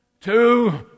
Two